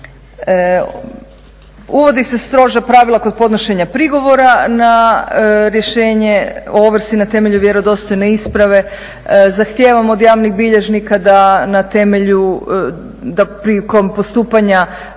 Uvode se stroža pravila kod podnošenja prigovora na rješenje o ovrsi na temelju vjerodostojne isprave, zahtijevamo od javnih bilježnika da na temelju, da